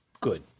good